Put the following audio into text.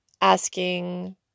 asking